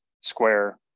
square